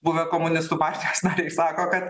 buvę komunistų partijos nariai sako kad